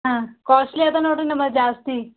ಹಾಂ ಕಾಸ್ಟ್ಲಿ ಅದೆ ನೋಡಿರಿ ನಮ್ಮಲ್ಲಿ ಜಾಸ್ತಿ